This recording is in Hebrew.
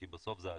כי בסוף זה העתיד.